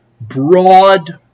broad